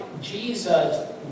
Jesus